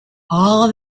all